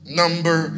number